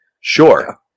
Sure